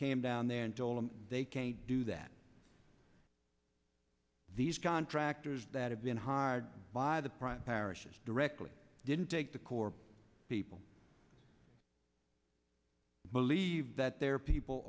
came down there and told him they can't do that these contractors that have been hired by the prime parishes directly didn't take the corps people believe that their people